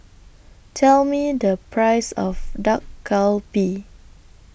Tell Me The Price of Dak Galbi